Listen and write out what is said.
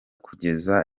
kugeza